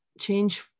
change